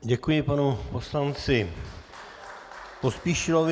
Děkuji panu poslanci Pospíšilovi.